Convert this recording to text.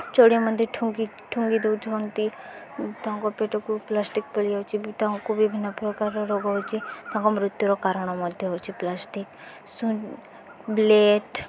ଚଢ଼େଇ ମଧ୍ୟ ଠୁଙ୍ଗି ଠୁଙ୍ଗି ଦେଉଛନ୍ତି ତାଙ୍କ ପେଟକୁ ପ୍ଲାଷ୍ଟିକ୍ ପଳାଇଯାଉଛି ତାଙ୍କୁ ବିଭିନ୍ନପ୍ରକାରର ରୋଗ ହେଉଛି ତାଙ୍କ ମୃତ୍ୟୁର କାରଣ ମଧ୍ୟ ହେଉଛି ପ୍ଲାଷ୍ଟିକ୍ ବ୍ଲେଡ଼୍